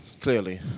Clearly